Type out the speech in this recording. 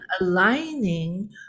aligning